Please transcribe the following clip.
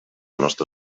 nostra